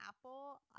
Apple